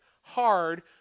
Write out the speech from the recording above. hard